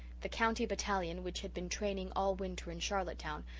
the county battalion, which had been training all winter in charlottetown,